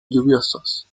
lluviosos